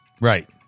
Right